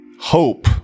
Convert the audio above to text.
hope